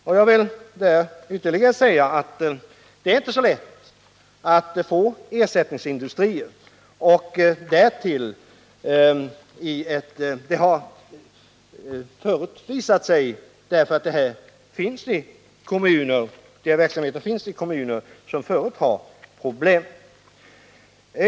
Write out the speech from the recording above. Här vill jag ytterligare säga att det inte är så lätt att få ersättningsindustrier. Det har förut visat sig att dessa verksamheter ofta finns i kommuner som förut har problem.